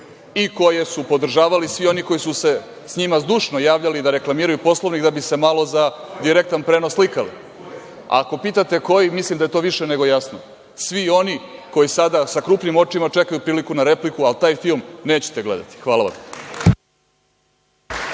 I, koje su podržavali svi oni koji su se s njima zdušno javljali da reklamiraju Poslovnik da bi se malo za direktan prenos slikali. Ako pitate koji, mislim da je to više nego jasno. Svi oni koji sada sa krupnim očima čekaju priliku na repliku, ali taj film nećete gledati. Hvala vam.